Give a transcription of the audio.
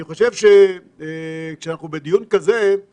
אני חושב שבדיון כזה אנחנו גם